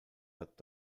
hat